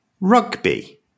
rugby